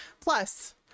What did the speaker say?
plus